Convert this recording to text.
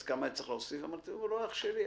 אז כמה אני צריך להוסיף?" ואז אני אומר: "אח שלי,